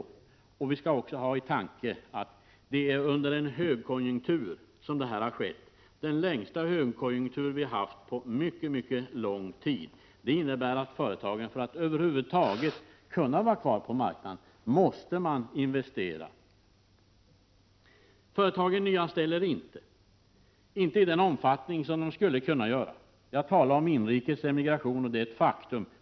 Vi skall också ha i minnet att detta har skett under en högkonjunktur. Det har varit den längsta högkonjunktur som vi haft på mycket lång tid. Det innebär att företagen för att över huvud taget kunna vara kvar på marknaden måste investera. Företagen nyanställer inte — inte i den omfattning som de skulle kunna göra. Jag talar om inrikes emigration, och det är ett faktum.